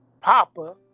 Papa